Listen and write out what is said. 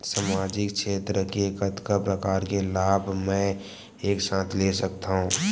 सामाजिक क्षेत्र के कतका प्रकार के लाभ मै एक साथ ले सकथव?